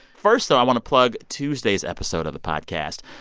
first, though, i want to plug tuesday's episode of the podcast.